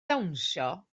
dawnsio